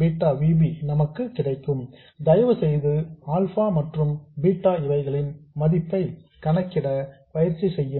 beta V b நமக்கு கிடைக்கும் தயவுசெய்து ஆல்பா மற்றும் பீட்டா இவைகளின் மதிப்பை கணக்கிட பயிற்சி செய்யுங்கள்